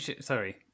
sorry